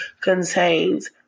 contains